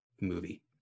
movie